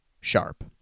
sharp